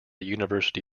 university